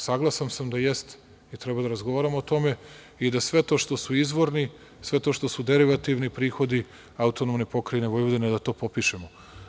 Saglasan sam da jeste i treba da razgovaramo o tome i da sve to što su izvorni, sve to što su derivativni prihodi AP Vojvodina da to popišemo.